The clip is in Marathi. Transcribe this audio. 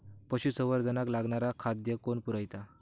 पशुसंवर्धनाक लागणारा खादय कोण पुरयता?